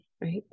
right